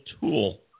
tool